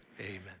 amen